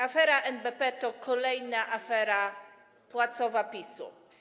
Afera NBP to kolejna afera płacowa PiS-u.